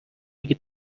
اگه